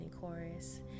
chorus